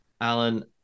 Alan